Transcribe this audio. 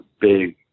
big